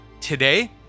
Today